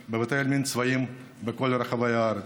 היום כ"ז באב תשע"ח,